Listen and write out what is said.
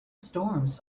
storms